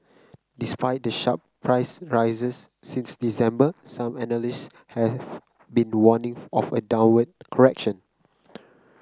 despite the sharp price rises since December some analysts have been warning of a downward correction